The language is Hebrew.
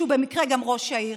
שבמקרה הוא גם ראש העיר,